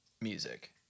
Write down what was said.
music